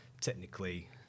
technically